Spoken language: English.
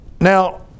Now